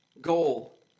goal